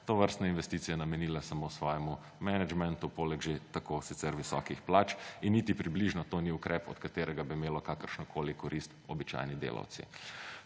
tovrstne investicije namenila samo svojemu menedžmentu poleg že tako sicer visokih plač in niti približno to ni ukrep, od katerega bi imeli kakršnokoli korist običajni delavci.